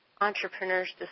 entrepreneurs